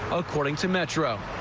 according to metro.